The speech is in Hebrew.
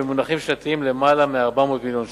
במונחים שנתיים למעלה מ-400 מיליון שקל.